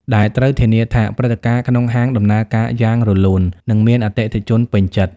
ដែលត្រូវធានាថាព្រឹត្តិការណ៍ក្នុងហាងដំណើរការយ៉ាងរលូន និងមានអតិថិជនពេញចិត្ត។